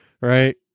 right